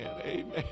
amen